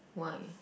why